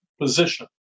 position